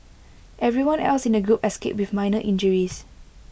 everyone else in the group escaped with minor injuries